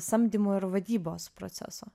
samdymo ir vadybos proceso